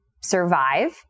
survive